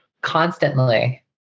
constantly